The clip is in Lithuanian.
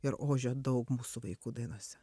ir ožio daug mūsų vaikų dainose